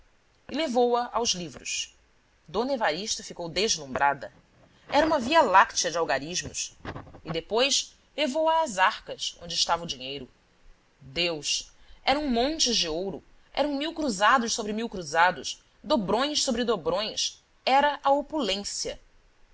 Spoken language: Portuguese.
levou-a aos livros d evarista ficou deslumbrada era uma via-láctea de algarismos e depois levou-a às arcas onde estava o dinheiro deus eram montes de ouro eram mil cruzados sobre mil cruzados dobrões sobre dobrões era a opulência